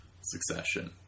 Succession